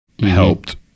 helped